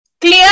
Clear